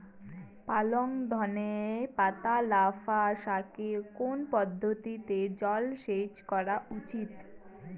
পালং ধনে পাতা লাফা শাকে কোন পদ্ধতিতে জল সেচ করা উচিৎ?